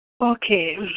Okay